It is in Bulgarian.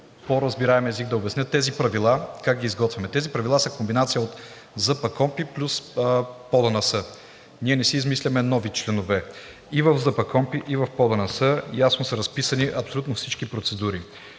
по-разбираем език да обясня тези правила как ги изготвяме. Тези правила са комбинация от ЗПКОНПИ плюс ПОДНС. Ние не си измисляме нови членове – и в ЗПКОНПИ, и в ПОДНС ясно са разписани абсолютно всички процедури.